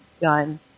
gun